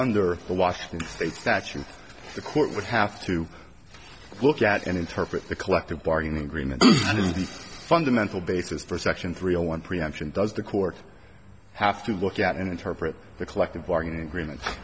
under the washington state statute the court would have to look at and interpret the collective bargaining agreement that is the fundamental basis for section three a one preemption does the court have to look at and interpret the collective bargaining agreement